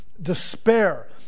despair